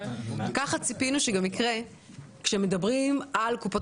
כך ציפינו שגם יקרה כאשר מדברים על קופות